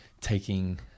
taking